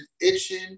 itching